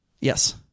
Yes